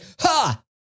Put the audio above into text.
Ha